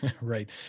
Right